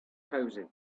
cosy